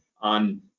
on